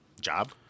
job